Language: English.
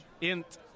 Int